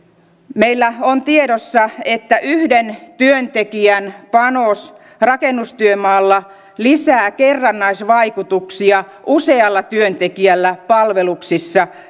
meillä on tiedossa että yhden työntekijän panos rakennustyömaalla lisää kerrannaisvaikutuksia usealla työntekijällä palveluissa